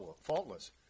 faultless